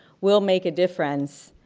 will make a difference.